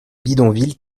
bidonvilles